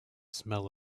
smell